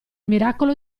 miracolo